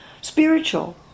spiritual